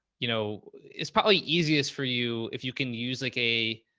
you know, it's probably easiest for you. if you can use like a,